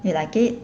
you like it